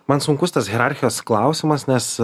man sunkus tas hierarchijos klausimas nes